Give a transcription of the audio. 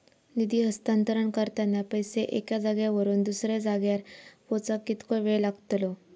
निधी हस्तांतरण करताना पैसे एक्या जाग्यावरून दुसऱ्या जाग्यार पोचाक कितको वेळ लागतलो?